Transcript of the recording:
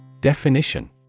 Definition